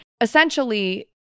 Essentially